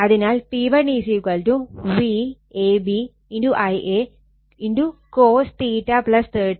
അതിനാൽ P1 Vab Ia cos 30o